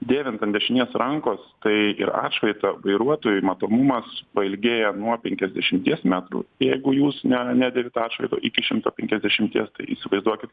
dėvint ant dešinės rankos tai ir atšvaitą vairuotojui matomumas pailgėja nuo penkiasdešimties metrų jeigu jūs ne nedėvit atšvaito iki šimto penkiasdešimties tai įsivaizduokit